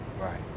Right